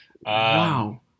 Wow